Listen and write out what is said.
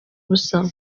busa